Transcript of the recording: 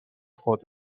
خود